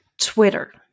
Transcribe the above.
Twitter